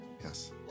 Yes